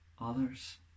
others